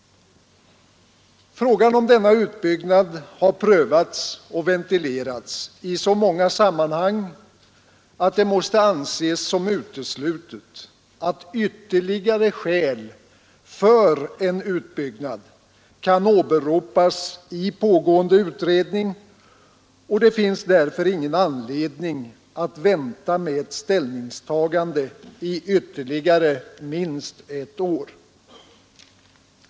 Frågan om denna utbyggnad har prövats och ventilerats i så många sammanhang att det måste anses som uteslutet att ytterligare skäl för en utbyggnad kan åberopas i pågående utredning. Det finns därför ingen anledning att vänta med ett ställningstagande i ytterligare minst ett år.